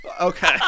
Okay